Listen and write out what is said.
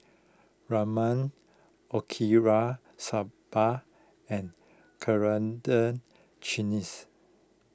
Ramen Okinawa Soba and Coriander Chutneys